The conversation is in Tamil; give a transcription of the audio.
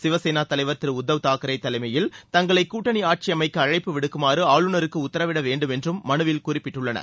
சிவசேனா தலைவர் திரு உத்தவ் தாக்ரே தலைமையில் தங்களை கூட்டணி ஆட்சி அமைக்க அழைப்பு விடுக்குமாறு ஆளுநருக்கு உத்தரவிடவேண்டும் என்றும் மனுவில் குறிப்பிட்டுள்ளன